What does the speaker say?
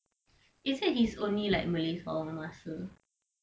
he said his only like malay song masa